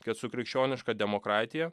kad su krikščioniška demokratija